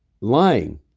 lying